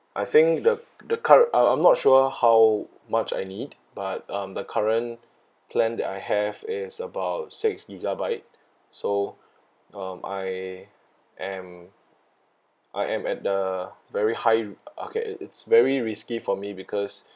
I think the the current uh I'm not sure how much I need but um the current plan that I have is about six gigabyte so um I am I am at the very high uh okay it's very risky for me because